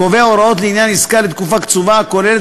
קובע הוראות לעניין עסקה לתקופה קצובה הכוללת